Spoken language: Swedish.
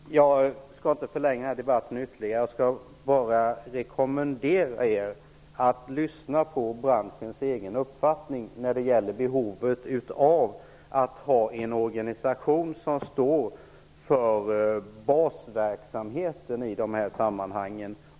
Herr talman! Jag skall inte förlänga debatten ytterligare. Jag rekommenderar er att lyssna på branschens egen uppfattning om behovet av att ha en organisation som står för basverksamheten i dessa sammanhang.